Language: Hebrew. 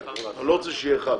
אני לא רוצה שיהיה אחד.